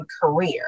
career